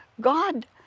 God